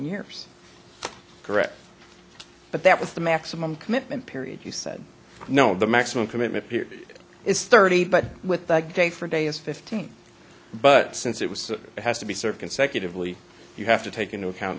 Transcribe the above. years correct but that was the maximum commitment period you said no the maximum commitment period is thirty but with that date for a day is fifteen but since it was has to be served consecutively you have to take into account